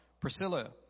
Priscilla